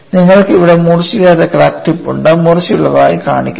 നിങ്ങൾക്ക് ഇവിടെ മൂർച്ചയില്ലാത്ത ക്രാക്ക് ടിപ്പ് ഉണ്ട് മൂർച്ചയുള്ളതായി കാണിക്കുന്നു